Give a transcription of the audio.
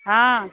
हँ